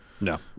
No